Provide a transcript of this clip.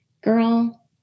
girl